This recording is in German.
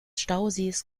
stausees